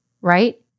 right